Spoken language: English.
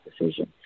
decision